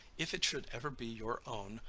if it should ever be your own,